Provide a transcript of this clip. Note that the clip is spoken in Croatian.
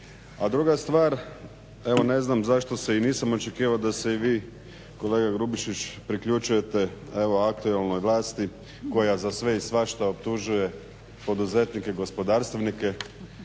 A druga stvar, evo ne znam zašto se i nisam očekivao da se i vi kolega Grubišić priključujete, evo aktualnoj vlasti koja za sve i svašta optužuje poduzetnike i gospodarstvenike,